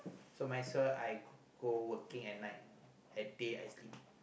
so might as well I go and work at night and day I sleep